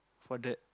for that